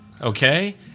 Okay